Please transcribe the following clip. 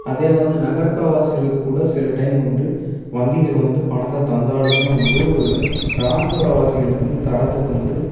அதே வந்து நகர்புற வாசிகளுக்குக்கூட சில டைம் வந்து வங்கிகள் வந்து பணத்தை தந்தாலும் வந்து ஒரு கிராமப்புற வாசிகளுக்கு வந்து தர்றதுக்கு வந்து